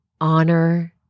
honor